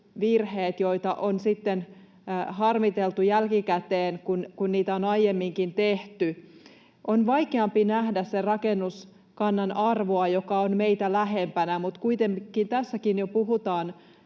jollaisia on harmiteltu jälkikäteen, kun niitä on aiemminkin tehty. On vaikeampi nähdä sen rakennuskannan arvoa, joka on meitä lähempänä, mutta kuitenkin tässäkin jo puhutaan